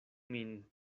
min